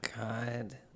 God